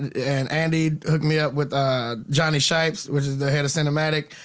and andy hooked me up with ah johnny shipes, which is the head of cinematic.